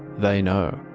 they know.